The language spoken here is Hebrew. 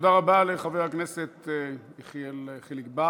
תודה רבה לחבר הכנסת יחיאל חיליק בר.